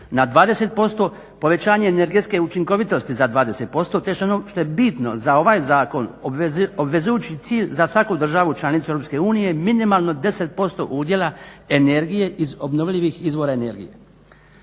na 20%, povećanje energetske učinkovitosti za 20% te ono što je bitno za ovaj zakon, obvezujući cilj za svaku državu članicu Europske unije minimalno 10% udjela energije iz obnovljivih izvora energije.